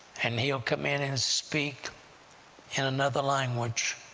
and he'll come in and speak in another language,